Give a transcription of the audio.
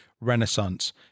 Renaissance